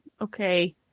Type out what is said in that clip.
okay